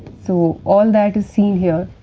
so all that is seen here,